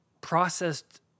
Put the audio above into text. processed